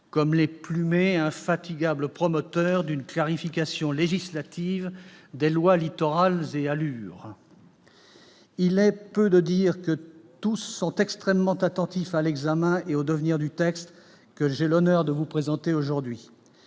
comme les PLUmés, infatigables promoteurs d'une clarification législative des lois Littoral et ALUR. Il est peu de dire que tous sont extrêmement attentifs à l'examen et au devenir du texte que j'ai l'honneur de vous présenter aujourd'hui,